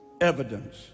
evidence